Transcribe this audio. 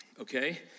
okay